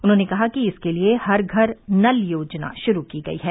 उन्होंने कहा कि इसके लिए हर घर नल योजना शुरू की गयी है